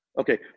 okay